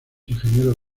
ingenieros